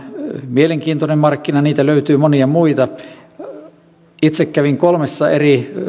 mielenkiintoinen markkina ja niitä löytyy monia muitakin itse kävin kolmessa eri